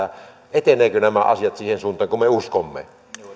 etenevätkö nämä asiat siihen suuntaan kuin me uskomme